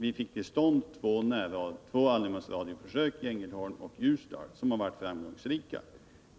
Vi fick i gång två försök med allemansradio i Ängelholm och Ljusdal, som har varit framgångsrika.